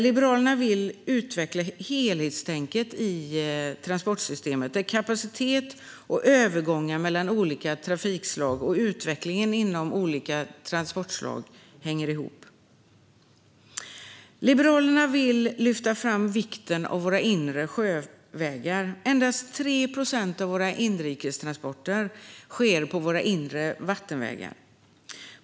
Liberalerna vill utveckla helhetstänket i transportsystemet där kapacitet och övergångar mellan olika trafikslag och utvecklingen inom olika transportslag hänger ihop. Liberalerna vill lyfta fram vikten av våra inre sjövägar. Endast 3 procent av våra inrikestransporter sker på våra inre vattenvägar.